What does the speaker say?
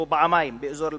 באזור אל-בטוף.